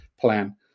plan